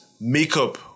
makeup